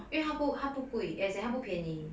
因为它不它不贵 as in 它不便宜